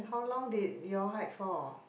how long did y'all hike for